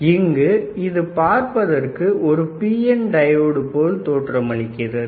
இங்கு இது பார்ப்பதற்கு ஒரு PN டயோடு போல் தோற்றமளிக்கிறது